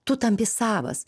tu tampi savas